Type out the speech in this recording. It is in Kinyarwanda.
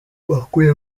bakwiye